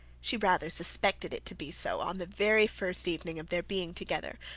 she rather suspected it to be so, on the very first evening of their being together,